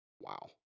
Wow